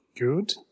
Good